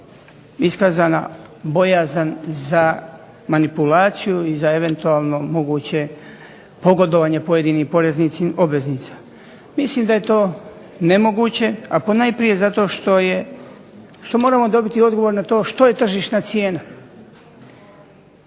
iskazana bojazan za manipulaciju i za eventualno moguće pogodovanje pojedinim poreznim obveznicima. Mislim da je to nemoguće, ponajprije što moramo dobiti odgovor na to što je tržišna cijena.